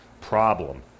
Problem